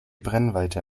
brennweite